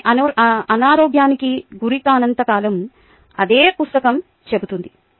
వ్యక్తి అనారోగ్యానికి గురి కానంత కాలం అదే పుస్తకం చెబుతుంది